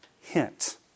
hint